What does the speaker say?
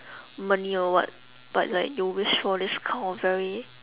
money or what but like you wish for this kind of very